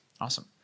Awesome